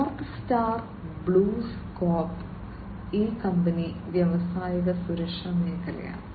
north Star BlueScope ഈ company വ്യാവസായിക സുരക്ഷാ മേഖലയിലാണ്